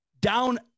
down